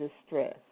distress